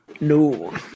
No